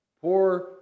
Poor